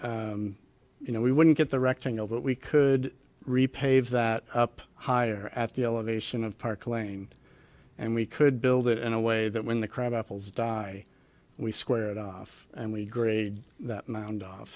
could you know we wouldn't get the rectangle but we could repave that up higher at the elevation of park lane and we could build it in a way that when the crab apples die we squared off and we grade that mound off